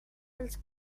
els